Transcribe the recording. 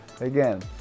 again